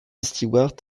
stewart